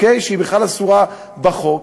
שהיא בכלל אסורה בחוק,